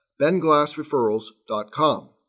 benglassreferrals.com